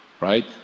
right